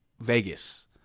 Vegas